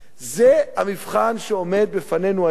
זה המבחן שעומד בפנינו היום,